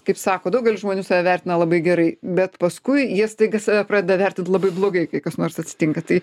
kaip sako daugelis žmonių save vertina labai gerai bet paskui jie staiga save pradeda vertint labai blogai kai kas nors atsitinka tai